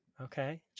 Okay